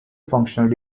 functional